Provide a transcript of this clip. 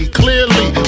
clearly